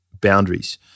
boundaries